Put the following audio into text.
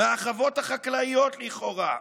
מהחוות החקלאיות לכאורה,